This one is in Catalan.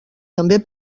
també